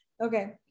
Okay